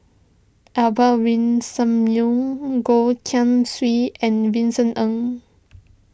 Albert Winsemius Goh Keng Swee and Vincent Ng